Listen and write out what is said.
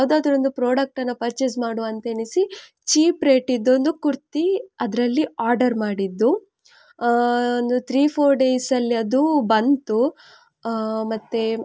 ಯಾವುದಾದ್ರೂ ಒಂದು ಪ್ರಾಡಕ್ಟನ್ನು ಪರ್ಚೇಸ್ ಮಾಡುವಾಂತ ಎಣಿಸಿ ಚೀಪ್ ರೇಟಿಂದೊಂದು ಕುರ್ತಿ ಅದರಲ್ಲಿ ಆರ್ಡರ್ ಮಾಡಿದ್ದು ಒಂದು ಥ್ರೀ ಫೋರ್ ಡೇಸಲ್ಲಿ ಅದು ಬಂತು ಮತ್ತೆ